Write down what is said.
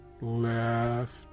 left